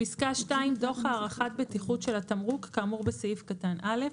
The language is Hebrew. דוח הערכת בטיחות של התמרוק כאמור בסעיף קטן (א).